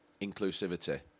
Inclusivity